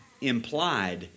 implied